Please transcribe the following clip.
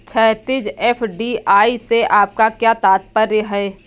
क्षैतिज, एफ.डी.आई से आपका क्या तात्पर्य है?